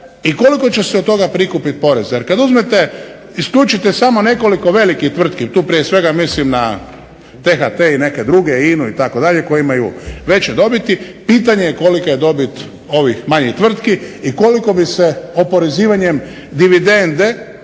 i koliko će se od toga prikupit poreza. Jer kad uzmete, isključite samo nekoliko velikih tvrtki, tu prije svega mislim na T-HT i neke druge INA-u itd., koje imaju veće dobiti, pitanje je kolika je dobit ovih manjih tvrtki i koliko bi se oporezivanjem dividende